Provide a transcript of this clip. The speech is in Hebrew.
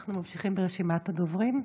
אנחנו ממשיכים ברשימת הדוברים.